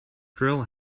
drill